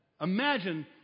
Imagine